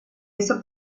esa